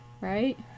right